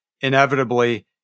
Inevitably